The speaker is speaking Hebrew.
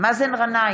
מאזן גנאים,